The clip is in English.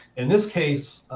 in this case,